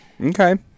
Okay